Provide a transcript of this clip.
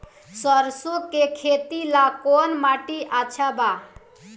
सरसों के खेती ला कवन माटी अच्छा बा?